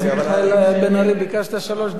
חבר הכנסת מיכאל בן-ארי, ביקשת שלוש דקות.